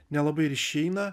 nelabai ir išeina